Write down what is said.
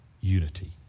unity